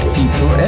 people